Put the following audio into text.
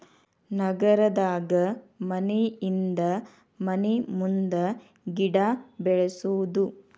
ನಗರದಾಗ ಮನಿಹಿಂದ ಮನಿಮುಂದ ಗಿಡಾ ಬೆಳ್ಸುದು